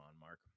Mark